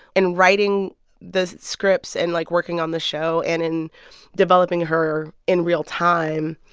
in writing the scripts and, like, working on the show and in developing her in real time,